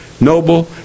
noble